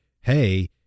hey